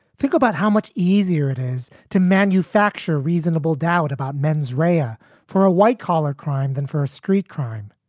think about how much easier it is to manufacture reasonable doubt about mens rea. ah for a white collar crime than for a street crime.